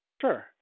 Sure